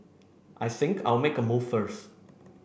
I think I'll make a move first